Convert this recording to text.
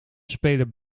spelen